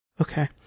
Okay